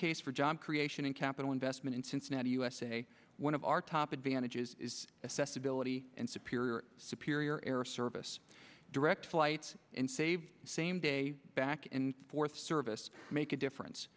case for job creation and capital investment in cincinnati usa one of our top advantages is assess ability and superior superior air service direct flights and saves same day back and forth service make a difference